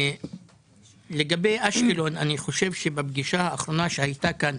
לגבי אשקלון, בפגישה האחרונה שהייתה כאן